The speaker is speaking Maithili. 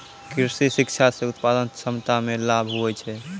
कृषि शिक्षा से उत्पादन क्षमता मे लाभ हुवै छै